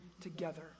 together